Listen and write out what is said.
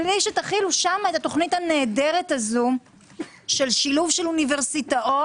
בלי שתכינו שם את התוכנית הנהדרת הזו של שילוב אוניברסיטאות